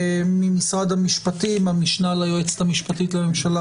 ממשרד המשפטים המשנה ליועצת המשפטית לממשלה,